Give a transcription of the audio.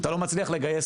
אתה לא מצליח לגייס,